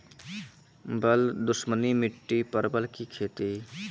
बल दुश्मनी मिट्टी परवल की खेती?